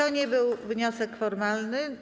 To nie był wniosek formalny.